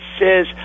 says